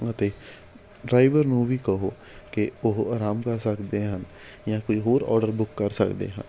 ਅਤੇ ਡਰਾਈਵਰ ਨੂੰ ਵੀ ਕਹੋ ਕਿ ਉਹ ਆਰਾਮ ਕਰ ਸਕਦੇ ਹਨ ਜਾਂ ਕੋਈ ਹੋਰ ਔਡਰ ਬੁੱਕ ਕਰ ਸਕਦੇ ਹਨ